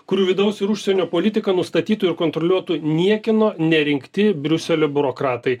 kurių vidaus ir užsienio politiką nustatytų ir kontroliuotų niekieno nerinkti briuselio biurokratai